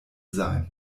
sein